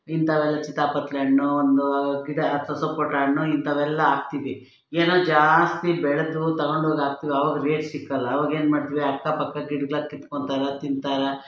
ಇಂಥವೆಲ್ಲ ಚಿತಾಪತ್ಲೇ ಹಣ್ಣು ಒಂದು ಗಿಡ ಅಥವಾ ಸಪೋಟ ಹಣ್ಣು ಇಂಥವೆಲ್ಲ ಹಾಕ್ತೀವಿ ಏನೋ ಜಾಸ್ತಿ ಬೆಳೆದು ತಗೊಂಡೋಗಿ ಹಾಕ್ತೀವಿ ಆವಾಗ ರೇಟ್ ಸಿಕ್ಕಲ್ಲ ಆವಾಗೇನು ಮಾಡ್ತೀವಿ ಅಕ್ಕಪಕ್ಕ ಗಿಡಗಳಾಗ ಕಿತ್ಕೊಂತಾರೆ ತಿಂತಾರೆ